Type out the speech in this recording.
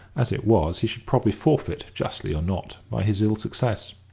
as it was, he should probably forfeit, justly or not, by his ill-success?